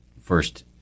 first